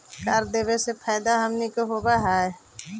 कर देबे से फैदा हमनीय के होब हई